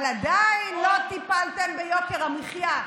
אבל עדיין לא טיפלתם ביוקר המחיה.